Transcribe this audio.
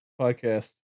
Podcast